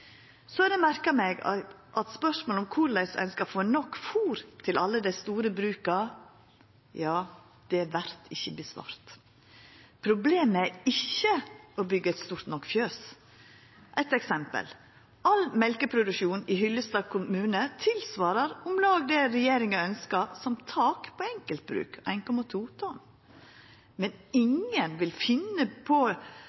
Så har eg merka meg at spørsmålet om korleis ein skal få nok fôr til alle dei store bruka, ikkje vert svara på. Problemet er ikkje å byggja eit stort nok fjøs. Eit eksempel: All mjølkeproduksjon i Hyllestad kommune tilsvarar om lag det regjeringa ønskjer som tak på enkeltbruk, 1,2 millionar liter. Men